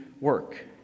work